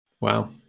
Wow